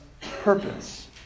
purpose